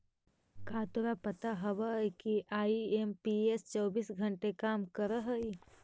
का तोरा पता हवअ कि आई.एम.पी.एस चौबीस घंटे काम करअ हई?